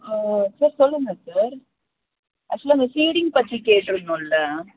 sir சொல்லுங்கள் sir ஆக்சுவலாக இந்த ஸீடிங் பற்றி கேட்டிருந்தோம்ல